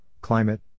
climate